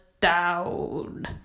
down